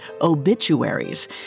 Obituaries